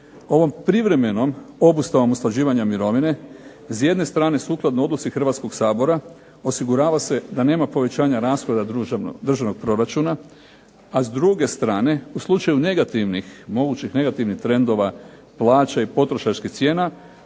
Ovom privremenom obustavom usklađivanja mirovine s jedne strane sukladno odluci Hrvatskog sabora osigurava se da nema povećanja rashoda državnog proračuna, a s druge strane u slučaju negativnih, mogućih negativnih trendova plaća i potrošačkih cijena